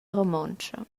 romontscha